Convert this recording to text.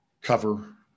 cover